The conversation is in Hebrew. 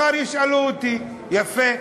מחר ישאלו אותי, יפה.